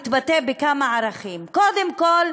מתבטא בכמה ערכים: קודם כול,